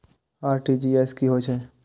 RTGS की होय छै